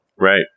Right